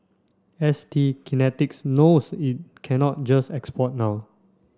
S T Kinetics knows it cannot just export now